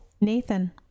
Nathan